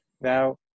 Now